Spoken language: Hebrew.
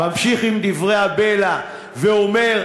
ממשיך עם דברי הבלע ואומר,